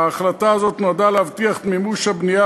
ההחלטה הזאת נועדה להבטיח את מימוש הבנייה,